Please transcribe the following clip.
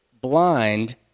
blind